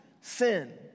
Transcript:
sin